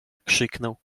krzyknął